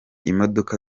imodoka